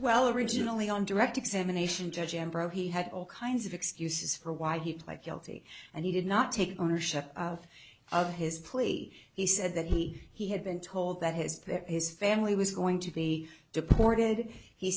well originally on direct examination judge and bro he had all kinds of excuses for why he pled guilty and he did not take ownership of his plea he said that he he had been told that his there his family was going to be deported he